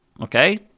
Okay